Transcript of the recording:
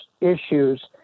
issues